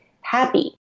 happy